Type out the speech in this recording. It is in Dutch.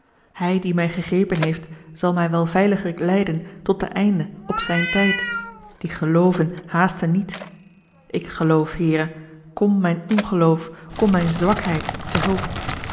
hij die mij gegrepen heeft zal mij wel veiliglijk leiden tot den einde op zijn tijd die gelooven haasten niet ik geloof heere kom mijn ongeloof kom mijne zwakheid te hulp